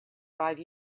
five